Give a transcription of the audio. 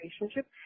relationship